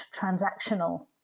transactional